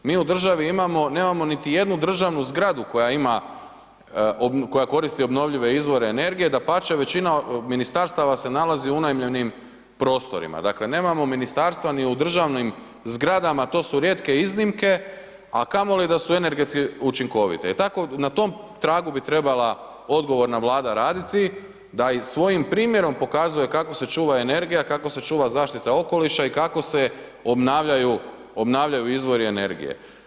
Mi u državi nemamo niti jednu državnu zgradu koja koristi obnovljive izvore energije, dapače većina ministarstava se nalazi u unajmljenim prostorima, dakle nemamo ministarstva ni u državnim zgrada, to su rijetke iznimke a kamoli da su energetski učinkovite i tako na tom tragu bi trebala odgovorna Vlada raditi da i svojim primjerom pokazuje kako se čuva energija, kako se čuva zaštita okoliša i kako se obnavljaju izvori energije.